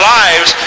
lives